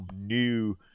new